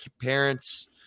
parents